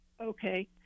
okay